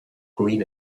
green